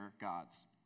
gods